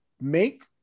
make